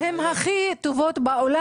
הן הכי טובות בעולם.